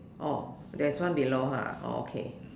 oh there's one below ha oh okay